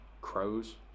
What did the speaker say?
crows